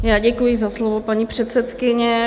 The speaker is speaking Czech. Já děkuji za slovo, paní předsedkyně.